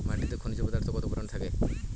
মাটিতে খনিজ পদার্থ কত পরিমাণে থাকে?